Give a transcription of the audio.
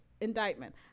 indictment